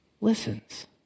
listens